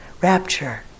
Rapture